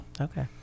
okay